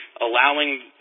allowing